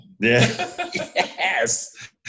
yes